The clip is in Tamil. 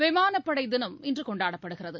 விமானப்படை தினம் இன்று கொண்டாடப்படுகிறது